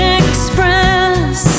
express